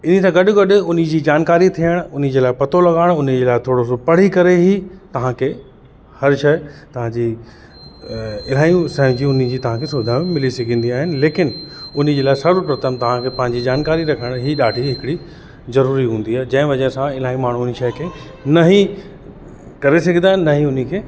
इन सां गॾु गॾु उनी जी जानकारी थियणु उन जे लाइ पतो लगाइणु उन जे लाइ थोरो सो पढ़ी करे ई तव्हांखे हर शइ तव्हांजी इलाहियूं सहण जी उन जी तव्हांखे सुविधाऊं मिली सघंदियूं आइन लेकिन उन जे लाइ सर्व प्रथम तव्हांखे पंहिंजी जानकारी रखण ई ॾाढी हिकड़ी ज़रूरी हूंदी आ्हे जंहिं वजह सां इलाही माणू इन शइ खे नही करे सघंदा आहिनि न हीअ उन खे